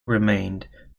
remained